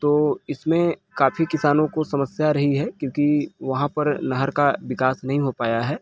तो इसमें काफ़ी किसानों को समस्या रही है क्योंकि वहाँ पर नहर का विकास नहीं हो पाया है